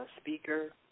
speaker